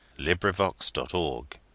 LibriVox.org